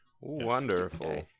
Wonderful